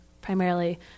primarily